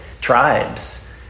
tribes